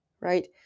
right